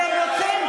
אתם רוצים,